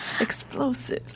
explosive